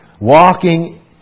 Walking